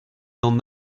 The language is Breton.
d’an